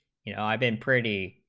you know um id pretty,